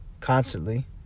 constantly